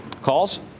Calls